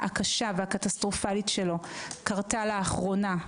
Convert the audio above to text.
הקשה והקטסטרופאלית שלו קרתה לאחרונה,